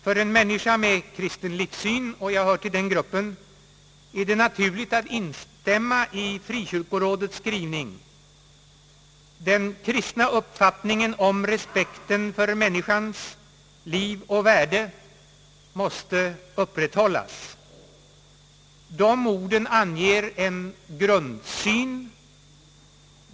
För en människa med kristen livssyn — jag hör till den gruppen — är det naturligt att instämma i Frikyrkorådets skrivning att »den kristna uppfattningen om respekten för människans liv och värde därvid måste upprätthållas». Dessa ord anger en grundsyn.